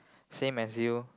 same as you